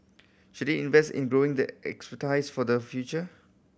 should it invest in growing the expertise for the future